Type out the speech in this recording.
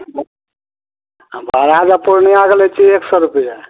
देब हम हँ भाड़ा तऽ पूर्णियाँके लै छियै एक सए रुपैआ